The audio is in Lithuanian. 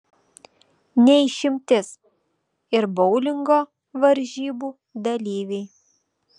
ne išimtis ir boulingo varžybų dalyviai